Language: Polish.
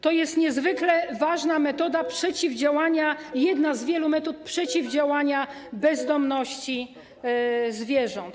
To jest niezwykle ważna metoda przeciwdziałania, jedna z wielu metod przeciwdziałania bezdomności zwierząt.